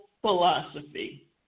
philosophy